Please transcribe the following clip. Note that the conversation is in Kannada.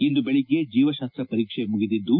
ಇಂದು ಬೆಳಗ್ಗೆ ಜೀವಶಾಸ್ತ ಪರೀಕ್ಷೆ ಮುಗಿದಿದ್ದು